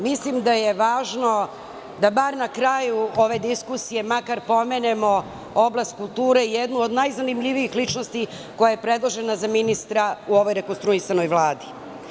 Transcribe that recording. Mislim da je važno da bar na kraju ove diskusije makar pomenemo oblast kulture, jednu od najzanimljivijih ličnosti koja je predložena za ministra u ovoj rekonstruisanoj Vladi.